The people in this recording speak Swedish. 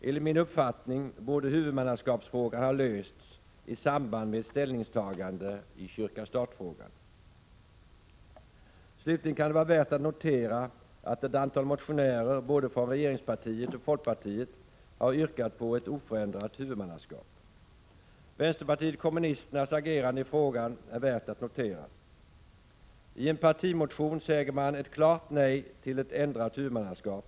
Enligt min uppfattning borde huvudmannaskapsfrågan ha lösts i samband med ett ställningstagande i kyrka-stat-frågan. Slutligen kan det vara värt att notera att ett antal motionärer från både regeringspartiet och folkpartiet har yrkat på ett oförändrat huvudmannaskap. Vänsterpartiet kommunisternas agerande i frågan är värt att notera. I en partimotion säger man ett klart nej till ett ändrat huvudmannaskap.